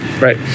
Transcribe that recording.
right